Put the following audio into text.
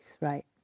right